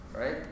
right